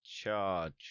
charge